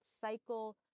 cycle